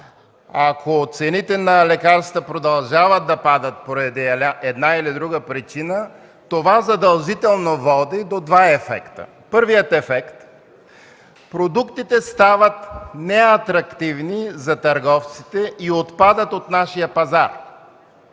Ако цените на лекарствата продължават да падат поради една или друга причина, това води задължително до два ефекта. Първият ефект, продуктите стават неатрактивни за търговците и отпадат от нашия пазар.